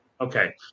Okay